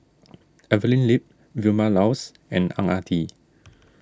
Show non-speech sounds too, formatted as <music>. <noise> Evelyn Lip Vilma Laus and Ang Ah Tee